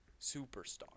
superstar